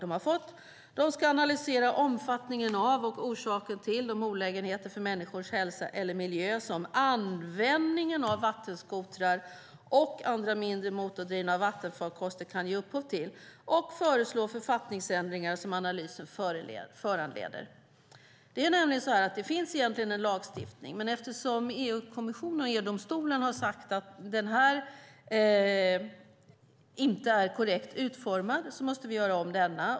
Myndigheten ska analysera omfattningen av och orsaken till de olägenheter för människors hälsa eller miljö som användningen av vattenskotrar och andra mindre motordrivna vattenfarkoster kan ge upphov till och föreslå författningsändringar som analysen föranleder. Det finns egentligen en lagstiftning. Men eftersom EU-kommissionen och EU-domstolen har sagt att den inte är korrekt utformad måste vi göra om den.